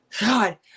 God